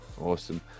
Awesome